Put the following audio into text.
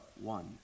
one